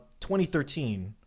2013